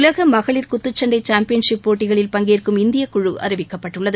உலக மகளிர் குத்துச்சண்டை சாம்பியன்ஷிப் போட்டிகளில் பங்கேற்கும் இந்திய குழு அறிவிக்கப்பட்டுள்ளது